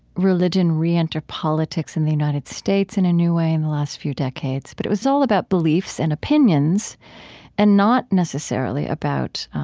religion re-enter politics in the united states in a new way in the last few decades, but it was all about beliefs and opinions and not necessarily about